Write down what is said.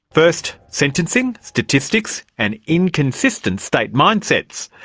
first, sentencing, statistics and inconsistent state mindsets.